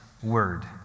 word